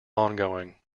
ongoing